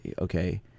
okay